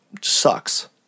sucks